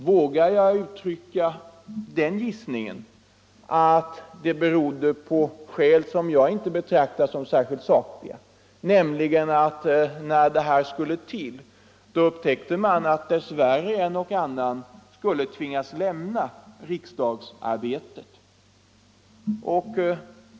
Vågar jag den gissningen att det berodde på skäl som jag inte betraktar som särskilt sakliga, nämligen att man när tiden för beslutet närmade sig upptäckte att dess värre en och annan ledamot skulle tvingas lämna riksdagsarbetet?